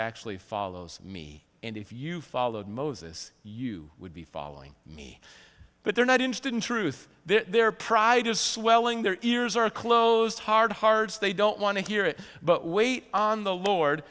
actually follows me and if you followed moses you would be following me but they're not interested in truth their pride is swelling their ears are closed hard hard they don't want to hear it but wait on the lord